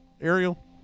Ariel